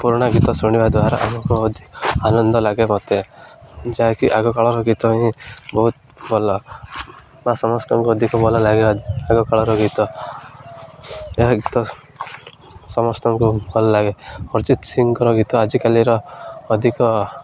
ପୁରୁଣା ଗୀତ ଶୁଣିବା ଦ୍ୱାରା ଆମକୁ ଆନନ୍ଦ ଲାଗେ ମୋତେ ଯାହାକି ଆଗ କାଳର ଗୀତ ହିଁ ବହୁତ ଭଲ ବା ସମସ୍ତଙ୍କୁ ଅଧିକ ଭଲ ଲାଗେ ଆଗ କାଳର ଗୀତ ଏହା ଗୀତ ସମସ୍ତଙ୍କୁ ଭଲ ଲାଗେ ଅରିଜିତ ସିଂର ଗୀତ ଆଜିକାଲିର ଅଧିକ